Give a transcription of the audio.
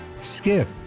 Skip